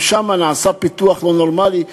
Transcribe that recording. גם שם נעשה פיתוח לא נורמלי,